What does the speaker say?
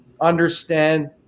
understand